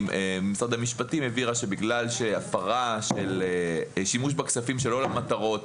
ממשרד המשפטים הבהירה שהפרה של שימוש בכספים שלא למטרות,